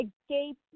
escape